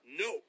No